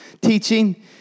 teaching